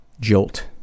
jolt